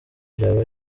byaba